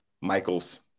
Michael's